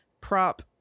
Prop